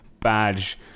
badge